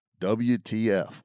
WTF